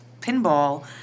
pinball